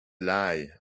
lie